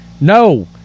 No